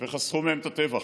וחסכו מהם את הטבח.